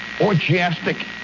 orgiastic